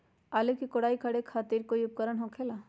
आलू के कोराई करे खातिर कोई उपकरण हो खेला का?